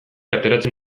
ateratzen